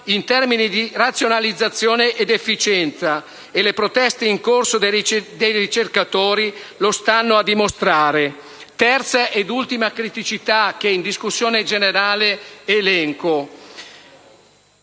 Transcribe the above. in termini di razionalizzazione ed efficienza e le proteste in corso dei ricercatori lo stanno a dimostrare. La terza e ultima criticità che voglio rilevare in discussione generale e che